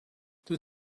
dwyt